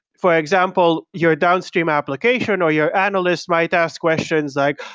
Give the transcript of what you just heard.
for example, your downstream application or your analyst might ask questions like,